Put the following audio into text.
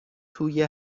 توی